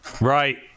Right